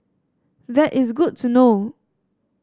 that is good to know